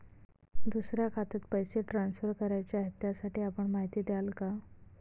दुसऱ्या खात्यात पैसे ट्रान्सफर करायचे आहेत, त्यासाठी आपण माहिती द्याल का?